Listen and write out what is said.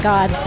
God